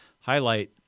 highlight